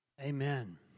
Amen